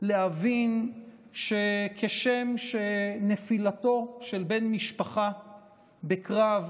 להבין שכשם שנפילתו של בן משפחה בקרב